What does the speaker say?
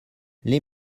les